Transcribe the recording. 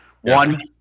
One